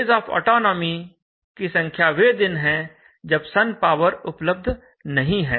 days of autonomy की संख्या वे दिन हैं जब सन पावर उपलब्ध नहीं है